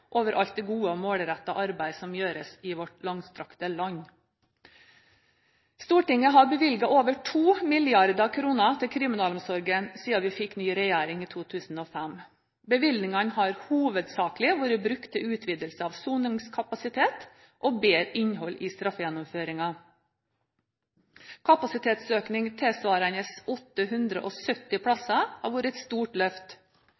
over alt det gode og målrettede arbeidet som gjøres i vårt langstrakte land. Stortinget har bevilget over 2 mrd. kr til kriminalomsorgen siden vi fikk ny regjering i 2005. Bevilgningene har hovedsakelig vært brukt til utvidelse av soningskapasitet og bedret innhold i straffegjennomføringen. Kapasiteten tilsvarende 870